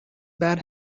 bad